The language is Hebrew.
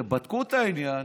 כשבדקו את העניין,